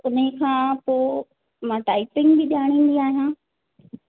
हिन ई खां पोइ मां टाइपिंग बि ॼाणींदी आहियां